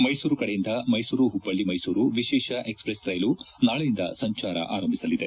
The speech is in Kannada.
ಮೈಸೂರು ಕಡೆಯಿಂದ ಮೈಸೂರು ಮ್ವಳ್ಳಿ ಮೈಸೂರು ವಿಶೇಷ ಎಕ್ಸ್ಪ್ರೆಸ್ ರೈಲು ನಾಳೆಯಿಂದ ಸಂಚಾರ ಆರಂಭಿಸಲಿದೆ